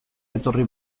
etorri